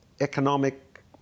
economic